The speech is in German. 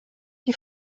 die